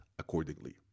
accordingly